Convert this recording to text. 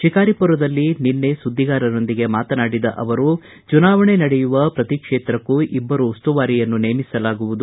ಶಿಕಾರಿಪುರದಲ್ಲಿ ನಿನ್ನೆ ಸುದ್ದಿಗಾರರೊಂದಿಗೆ ಮಾತನಾಡಿದ ಅವರು ಚುನಾವಣೆ ನಡೆಯುವ ಪ್ರತಿ ಕ್ಷೇತ್ರಕ್ಕೂ ಇಬ್ಲರು ಉಸ್ತುವಾರಿಯನ್ನು ನೇಮಿಸಲಾಗುವುದು